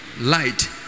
light